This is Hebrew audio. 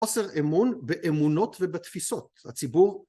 חוסר אמון באמונות ובתפיסות. הציבור...